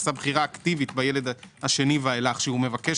עשה בחירה אקטיבית בילד השני ואילך שמבקש